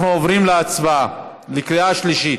אנחנו עוברים להצבעה בקריאה שלישית,